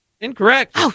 Incorrect